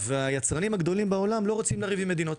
והיצרנים הגדולים בעולם לא רוצים לריב עם מדינות.